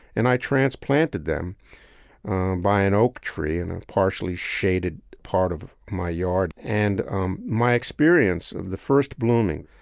and i transplanted them by an oak tree in a partially shaded part of my yard. and um my experience of the first blooming,